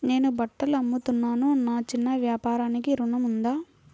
నేను బట్టలు అమ్ముతున్నాను, నా చిన్న వ్యాపారానికి ఋణం ఉందా?